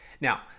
Now